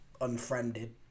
Unfriended